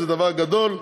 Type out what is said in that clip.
זה דבר גדול.